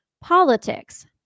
politics